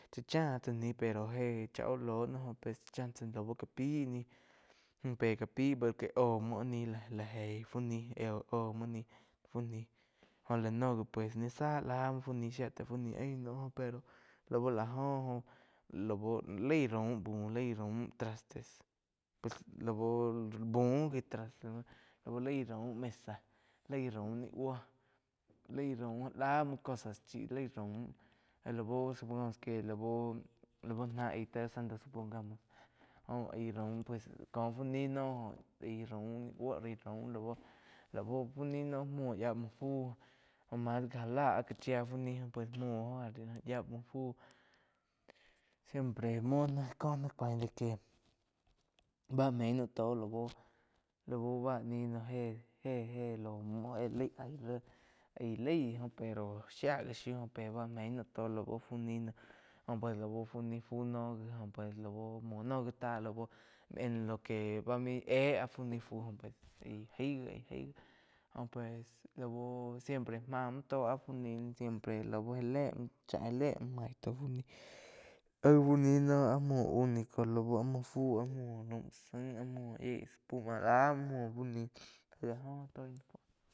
Chá tsá nih pero jé chá óh loo tzáh chá tsá lau ca pi, pe cá pái por que óh muo lá eig fu ní lau oho muo nih jo la noh gi pues ni záh lá muo fu ni záh shia tai fu ni ain naum pero lau la jo óh lau laí raum buh lai raum trastes la bi buh gi trastes lau laig raum mesa, laí raum ni búo laí raum láh muo cosas chí lai raum lau supongamos que lau náh ai té santo supongamos óh aí raum ko fu ni noh ai raum ni buo raum lauh lauh fu ni noh yía muo fu marca já la áh ka chia fu ni pues muo óh yía muo fu siempre muo náh có náh cuain bá mein naum tó lau báh ni noh jéh-jéh no muh oh jo laig éh aíh laig óh pero shia gi shiu pe bá mein naum tó lau fu nih noh jo pues fu nih fu noh pues lau muo noh gi zá en lo que bá main éh áh fu ni fu pues aig gai, aig gai jo pues lau siempre máh muo tó áh fu siempre lau já le muo maig tó fu nih aíg fu ni noh áh muo único lau áh muo fu áh muo raum tsá zain áh muo yíe espuma lá muo muoh fu ni aig áh oh toi na ni cuam.